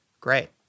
great